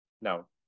No